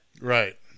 Right